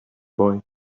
boy